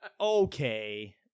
Okay